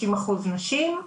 90% נשים.